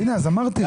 אז הנה, אמרתי.